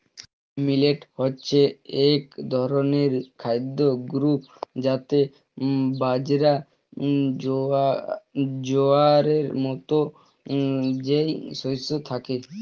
millet হচ্ছে এক ধরনের খাদ্য গ্রূপ যাতে বাজরা, জোয়ারের মতো যেই শস্য থাকে